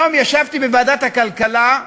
היום ישבתי בוועדת הכלכלה,